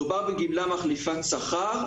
מדובר בגמלה מחליפת שכר.